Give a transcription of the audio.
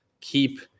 keep